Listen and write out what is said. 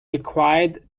required